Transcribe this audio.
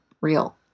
real